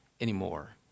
anymore